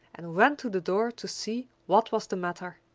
and ran to the door to see what was the matter.